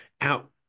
out